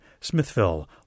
Smithville